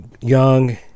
Young